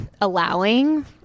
allowing